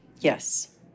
Yes